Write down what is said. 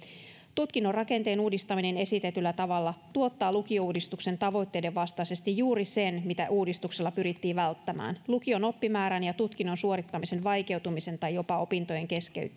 tutkinnon rakenteen uudistaminen esitetyllä tavalla tuottaa lukiouudistuksen tavoitteiden vastaisesti juuri sen mitä uudistuksella pyrittiin välttämään lukion oppimäärän ja tutkinnon suorittamisen vaikeutumisen tai jopa opintojen